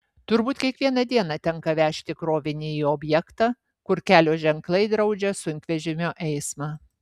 turbūt kiekvieną dieną tenka vežti krovinį į objektą kur kelio ženklai draudžia sunkvežimio eismą